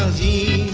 the